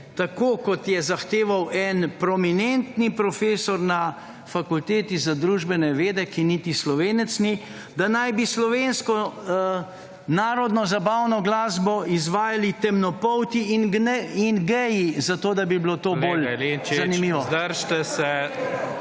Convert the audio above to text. tako kot je zahteval en prominentni profesor na fakulteti za družbene vede, ki niti Slovenec ni, da naj bi slovensko narodno zabavno glasbo izvajali temnopolti in geji zato, da bi bilo to bolj…